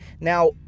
Now